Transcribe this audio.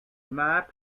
map